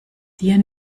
dir